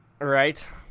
Right